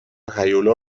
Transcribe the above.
هیولا